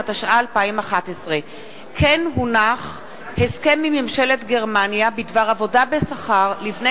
התשע"א 2011. הסכם עם ממשלת גרמניה בדבר עבודה בשכר לבני